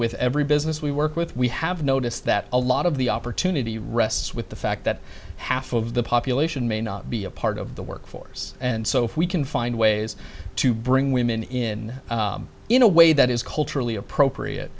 with every business we work with we have noticed that a lot of the opportunity rests with the fact that half of the population may not be a part of the workforce and so if we can find ways to bring women in in a way that is culturally appropriate